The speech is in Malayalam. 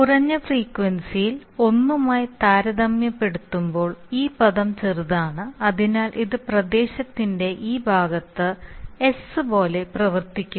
കുറഞ്ഞ ഫ്രീക്വൻസിയിൽ 1 മായി താരതമ്യപ്പെടുത്തുമ്പോൾ ഈ പദം ചെറുതാണ് അതിനാൽ ഇത് പ്രദേശത്തിന്റെ ഈ ഭാഗത്ത് s പോലെ പ്രവർത്തിക്കുന്നു